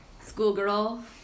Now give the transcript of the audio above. schoolgirl